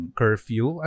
curfew